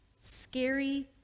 scary